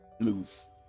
lose